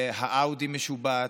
האאודי משובט,